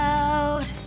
out